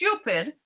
stupid